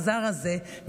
האכזר הזה,